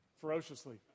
ferociously